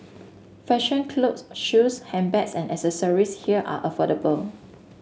fashion clothes shoes handbags and accessories here are affordable